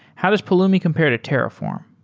how does pulumi compare to terraform?